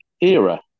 era